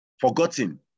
forgotten